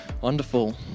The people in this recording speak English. Wonderful